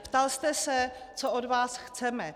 Ptal jste se, co od vás chceme.